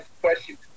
questions